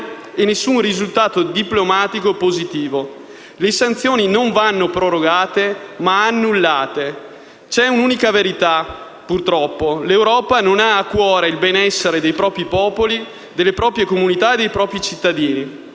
e nessun risultato diplomatico positivo. Le sanzioni non vanno prorogate, ma annullate. C'è un'unica verità, purtroppo: l'Europa non ha a cuore il benessere dei propri popoli, delle proprie comunità e dei propri cittadini.